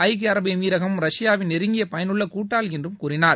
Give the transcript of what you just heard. ஐக்கிய அரபு எமிரகம் ரஷ்யாவின் நெருங்கிய பயனுள்ள கூட்டாளி என்று கூறினார்